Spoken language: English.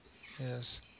Yes